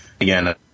Again